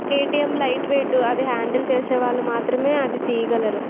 KTM light weight అది handle చేసే వాళ్ళు మాత్రమే అది తీయగలరు